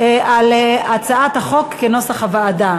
על הסעיף בהצעת החוק כנוסח הוועדה,